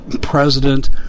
president